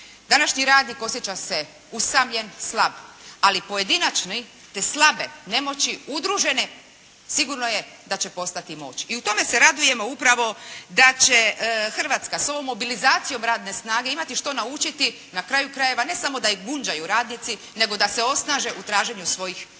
Današnji radnik osjeća se usamljen, slab. Ali pojedinačni te slabe nemoći, udružene, sigurno je da će postati moć. I u tome se radujemo upravo da će Hrvatska s ovom mobilizacijom radne snage imati što naučiti, na kraju krajeva ne samo da im gunđaju radnici, nego da se osnaže u traženju svojih prava.